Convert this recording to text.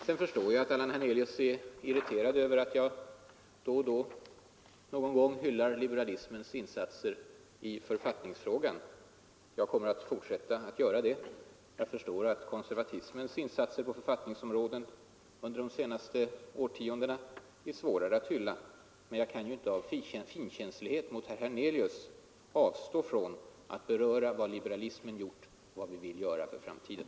Sedan förstår jag att herr Hernelius är irriterad över att jag då och då hyllar liberalismens insatser i författningsfrågan. Jag kommer att fortsätta med det. Jag förstår att konservatismens insatser på författningsområdet under de senaste årtiondena är svårare att hylla. Men jag kan inte av finkänslighet mot herr Hernelius avstå från att beröra vad liberalismen har gjort och vill göra för framtiden.